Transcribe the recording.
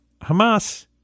Hamas